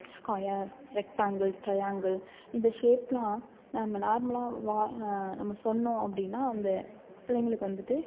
square rectangle triangle இந்த ஷேப்லாம் நம்ம நார்மலாக நம்ம சொன்னோம் அப்படினா அந்த பிள்ளைங்களுக்கு வந்துட்டு